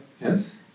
Yes